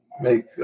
make